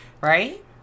Right